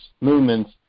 movements